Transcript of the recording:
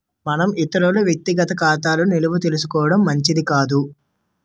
మనం ఇతరుల వ్యక్తిగత ఖాతా నిల్వలు తెలుసుకోవడం మంచిది కాదు